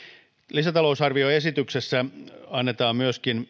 lisätalousarvioesityksessä annetaan lisärahoitusta myöskin